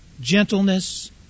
gentleness